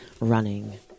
Running